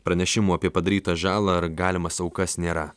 pranešimų apie padarytą žalą ar galimas aukas nėra